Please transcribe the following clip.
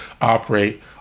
operate